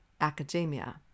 academia